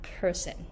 person